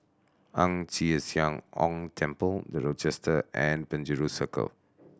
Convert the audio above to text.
Ang Chee Sia Ong Temple The Rochester and Penjuru Circle